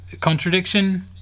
contradiction